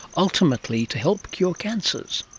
ultimately to help cure cancers.